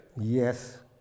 Yes